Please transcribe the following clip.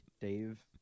Dave